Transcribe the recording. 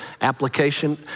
application